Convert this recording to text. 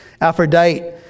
Aphrodite